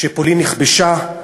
כשפולין נכבשה,